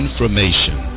Information